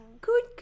Good